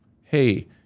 Hey